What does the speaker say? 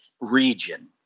region